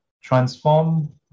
transform